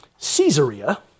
Caesarea